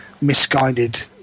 misguided